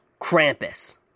Krampus